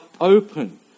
open